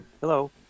Hello